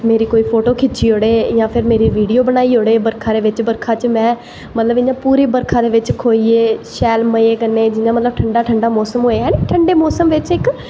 मेरी कोई फोटो खिच्ची ओड़े जां वीडियो बनाई ओड़े बरखा दे बिच्च बरखा च में मतलव पूरी बरखा दे बिच्च होहिये शैल मज़े कन्नै जियां मतलव ठंडा ठंडा मौसम होए हैना ठंडे मौसम बिेच्च इक